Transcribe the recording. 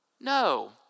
no